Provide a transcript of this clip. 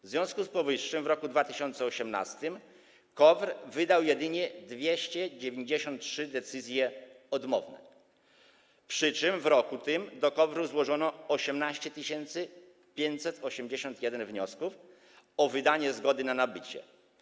W związku z powyższym w roku 2018 KOWR wydał jedynie 293 decyzje odmowne, przy czym w roku tym do KOWR-u złożono 18 581 wniosków o wydanie zgody na nabycie.